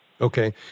Okay